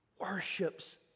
worships